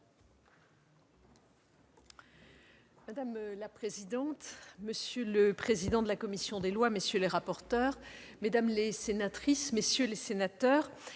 Madame la présidente, monsieur le président de la commission des lois, messieurs les rapporteurs, mesdames les sénatrices, messieurs les sénateurs,